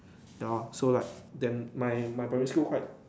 ya so like damn my my primary school quite